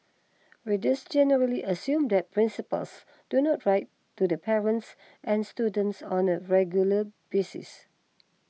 readers generally assume that principals do not write to the parents and students on a regular basis